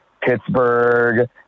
Pittsburgh